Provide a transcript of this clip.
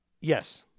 yes